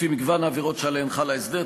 לפי מגוון העבירות שעליהן חל ההסדר,